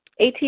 ATP